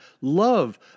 love